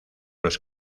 los